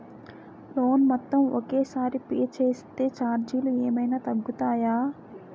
Loan మొత్తం ఒకే సారి పే చేస్తే ఛార్జీలు ఏమైనా తగ్గుతాయా?